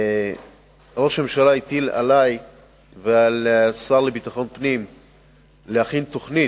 ראש הממשלה הטיל עלי ועל השר לביטחון פנים להכין תוכנית,